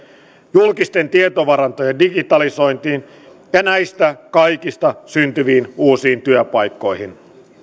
julkisten tietovarantojen digitalisointiin ja näistä kaikista syntyviin uusiin työpaikkoihin